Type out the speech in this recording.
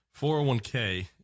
401k